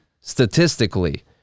statistically